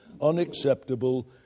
unacceptable